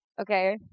okay